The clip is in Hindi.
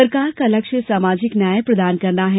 सरकार का लक्ष्य सामाजिक न्याय प्रदान करना है